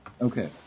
Okay